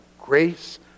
grace